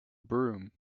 broom